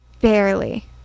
Barely